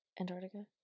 Antarctica